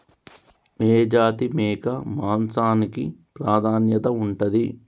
ఏ జాతి మేక మాంసానికి ప్రాధాన్యత ఉంటది?